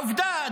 עובדה,